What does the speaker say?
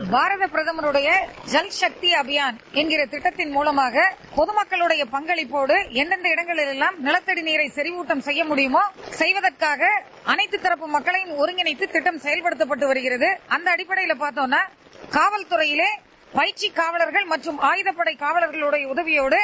seconds Bharat பிரதமரின் ஐல் சக்தி அபியான் என்ற திட்டத்தின் மூலமாக பொதுமக்களின் பங்களிப்போடு எந்தெந்த இடங்களில் எல்லாம் நிலத்தடி நீரை செறிவுட்டல் செய்யமுடியுமோ அதனை செய்வதற்காக அளைத்துகாப்பு மக்களையும் ஒரங்கிணைத்து திட்டம் செயல்படுத்தப்பட்டு வருகிறது அடிப்படையில் பார்க்கோமானால் காவல்துறையிலே பயிற்சிக் காவலர்கள் மற்றம் ஆயுகப்படை காவலர்களின் உதவியோடு